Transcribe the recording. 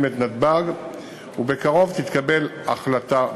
את נתב"ג ובקרוב תתקבל החלטה בנושא.